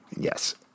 Yes